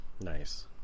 Nice